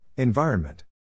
Environment